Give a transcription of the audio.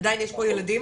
עדיין יש פה ילדים,